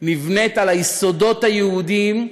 על היסודות היהודיים,